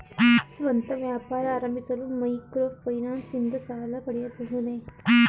ಸ್ವಂತ ವ್ಯಾಪಾರ ಆರಂಭಿಸಲು ಮೈಕ್ರೋ ಫೈನಾನ್ಸ್ ಇಂದ ಸಾಲ ಪಡೆಯಬಹುದೇ?